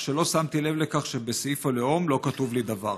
כך שלא שמתי לב לכך שבסעיף הלאום לא כתוב לי דבר.